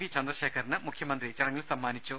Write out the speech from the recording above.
V ചന്ദ്രശേഖറിന് മുഖ്യമന്ത്രി ചടങ്ങിൽ സമ്മാനിച്ചു